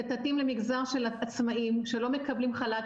שתתאים למגזר של העצמאים שלא מקבלים חל"ת,